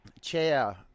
Chair